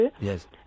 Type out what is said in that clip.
Yes